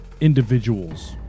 individuals